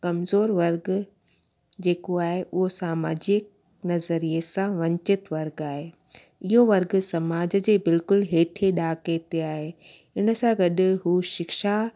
कमज़ोर वर्ग जेको आहे उहो सामाजिक नज़रीए सां वंचित वर्ग आए इहो वर्ग समाज जे बिल्कुलु हेठी ॾहाके ते आहे इन सां गॾु हू शिक्षा